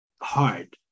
hard